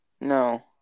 No